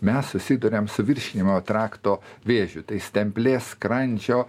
mes susiduriam su virškinimo trakto vėžiu tai stemplės skrandžio